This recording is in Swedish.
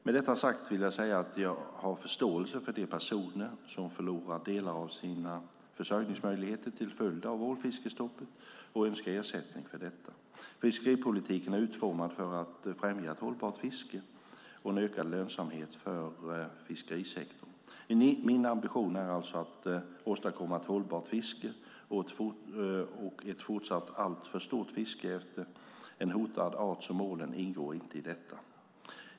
Med detta sagt vill jag säga att jag har förståelse för de personer som förlorat delar av sina försörjningsmöjligheter till följd av ålfiskestoppet och önskar ersättning för detta. Fiskeripolitiken är utformad för att främja ett hållbart fiske och en ökad lönsamhet för fiskerisektorn. Min ambition är alltså att åstadkomma ett hållbart fiske, och ett fortsatt alltför stort fiske efter en hotad art som ål ingår inte i detta.